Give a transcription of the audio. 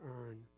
earn